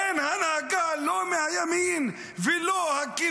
אין הנהגה לא מהימין ולא מהשמאל,